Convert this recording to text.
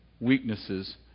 weaknesses